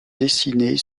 dessinées